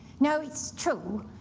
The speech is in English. now, it's true,